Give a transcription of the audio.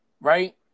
right